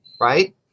Right